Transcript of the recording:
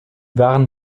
waren